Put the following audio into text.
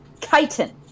Chitin